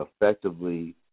effectively